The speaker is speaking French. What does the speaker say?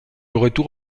retour